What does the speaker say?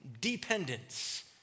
dependence